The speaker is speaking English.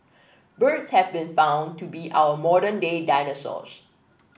birds have been found to be our modern day dinosaurs